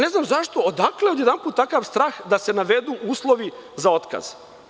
Ne znam odakle odjednom takav strah da se navedu uslovi za otkaz.